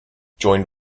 joined